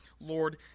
Lord